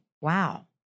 wow